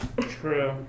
True